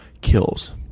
kills